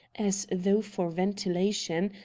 as though for ventilation,